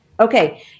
Okay